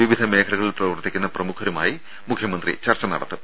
വിവിധ മേഖലകളിൽ പ്രവർത്തിക്കുന്ന പ്രമുഖരുമായി മുഖ്യമന്ത്രി ചർച്ച നടത്തും